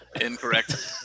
Incorrect